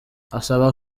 asaba